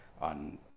on